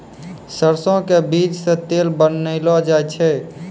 सरसों के बीज सॅ तेल बनैलो जाय छै